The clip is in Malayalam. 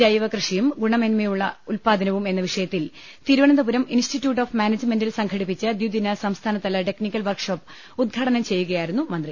ജൈവകൃഷിയും ഗുണമേന്മയുള്ള ഉത്പാദനവും എന്ന വിഷയ ത്തിൽ തിരുവനന്തപുരം ഇൻസ്റ്റിറ്റ്യൂട്ട് ഓപ് മാനേജ്മെന്റിൽ സംഘടിപ്പിച്ച ദ്വിദിന സംസ്ഥാനതല ടെക്നിക്കൽ വർക്ക്ഷോപ്പ് ഉദ്ഘാടനം ചെയ്യുകയാ യിരുന്നു മന്ത്രി